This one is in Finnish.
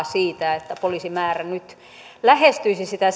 siitä että poliisimäärä nyt lähestyisi sitä